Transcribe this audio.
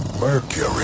Mercury